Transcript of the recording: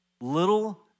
little